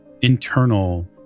internal